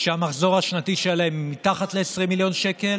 שהמחזור השנתי שלהם מתחת ל-20 מיליון שקל